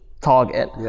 target